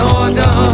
order